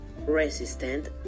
resistant